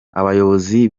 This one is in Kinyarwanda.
abayobozi